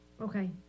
Okay